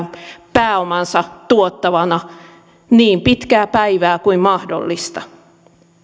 pääomansa tuottavana niin pitkää päivää kuin mahdollista